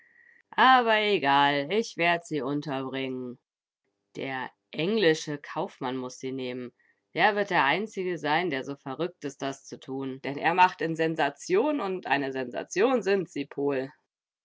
aber egal ich werd sie unterbringen der englische kaufmann muß sie nehmen der wird der einzige sein der so verrückt ist das zu tun denn er macht in sensation und eine sensation sind sie pohl